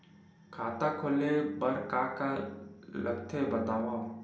खाता खोले बार का का लगथे बतावव?